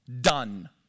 Done